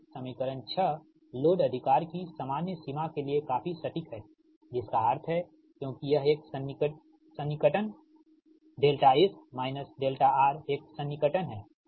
समीकरण 6 लोड की सामान्य सीमा के लिए काफी सटीक है जिसका अर्थ है क्योंकि यह एक सन्निकटन δS − δR एक सन्निकटन है ठीक